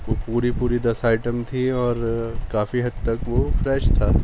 وہ پوری پوری دس آئٹم تھیں اور کافی حد تک وہ فریش تھا